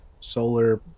solar